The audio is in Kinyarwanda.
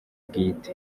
bwite